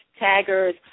taggers